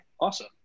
Awesome